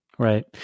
Right